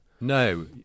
No